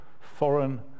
foreign